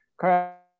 Correct